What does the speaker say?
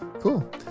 Cool